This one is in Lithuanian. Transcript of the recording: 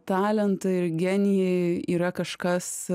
talentai ir genijai yra kažkas